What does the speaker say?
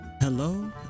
hello